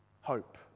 Hope